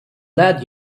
lad